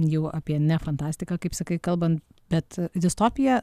jau apie ne fantastiką kaip sakai kalbant bet distopiją